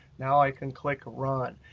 now i can click run.